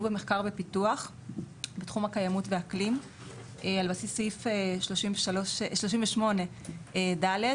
במחקר ופיתוח בתחום הקיימות והאקלים על בסיס סעיף 38(ד),